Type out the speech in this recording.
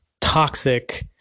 toxic